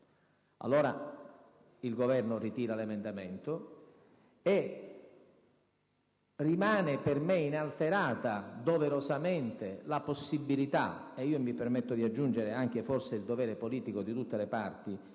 Allora, il Governo ritira l'emendamento 2.0.1000 e rimane per me inalterata, doverosamente, la possibilità e, mi permetto di aggiungere, anche forse il dovere politico di tutte le parti,